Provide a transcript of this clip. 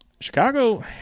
Chicago